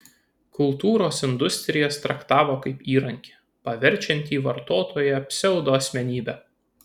kultūros industrijas traktavo kaip įrankį paverčiantį vartotoją pseudoasmenybe